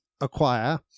acquire